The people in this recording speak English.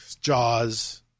Jaws